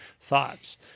thoughts